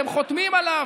אתם חותמים עליו.